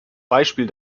beispiel